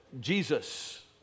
Jesus